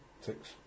Six